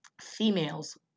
females